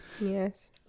Yes